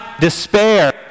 despair